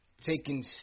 taking